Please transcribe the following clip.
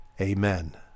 amen